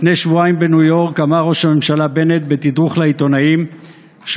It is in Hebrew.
לפני שבועיים אמר ראש הממשלה בנט בתדרוך לעיתונאים בניו